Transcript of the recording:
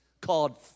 called